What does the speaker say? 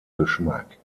geschmack